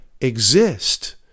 exist